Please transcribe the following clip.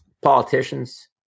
Politicians